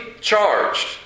charged